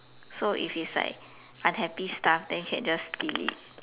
so if it's like unhappy stuff then can just delete